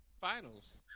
finals